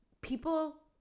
People